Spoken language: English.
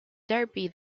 derby